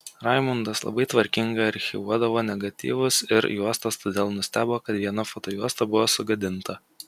raimundas labai tvarkingai archyvuodavo negatyvus ir juostas todėl nustebo kad viena fotojuosta buvo sugadinta